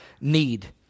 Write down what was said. need